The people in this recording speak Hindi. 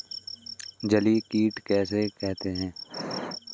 जलीय कीट किसे कहते हैं?